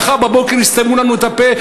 מחר בבוקר יסתמו לנו את הפה.